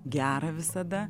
gerą visada